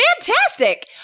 Fantastic